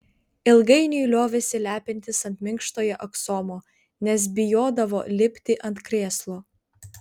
ilgainiui liovėsi lepintis ant minkštojo aksomo nes bijodavo lipti ant krėslo